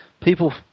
people